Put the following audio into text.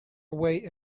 away